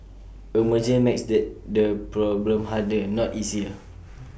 A merger makes that problem harder not easier